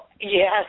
Yes